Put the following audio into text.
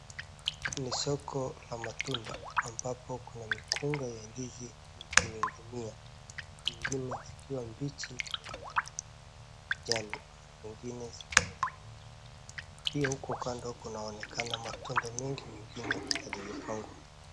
Ni soko la matunda ambapo kuna mikunga ya ndizi imengimia zingine zikiwa mbichi yenye rangi ya kijani, na zingine zikiwa zimeiva. Pia huko kando kunaonekana matunda mengi mengine yamepangwa.